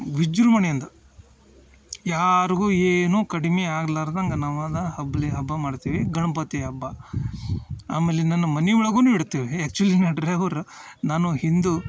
ವಿಜೃಂಭಣೆಯಿಂದ ಯಾರ್ಗೂ ಏನೂ ಕಡಿಮೆ ಆಗ್ಲಾರ್ದಂಗ ನಾವದ ಹಬ್ಲಿ ಹಬ್ಬ ಮಾಡ್ತೀವಿ ಗಣಪತಿ ಹಬ್ಬ ಆಮೇಲೆ ನನ್ನ ಮನೆ ಒಳಗು ಇಡ್ತೀವಿ ಆ್ಯಕ್ಚುಲಿ ನಾ ಡ್ರೈವರ ನಾನು ಹಿಂದು